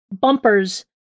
bumpers